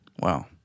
Wow